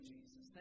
Jesus